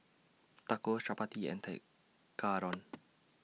Tacos Chapati and Tekkadon